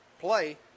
play